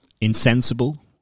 insensible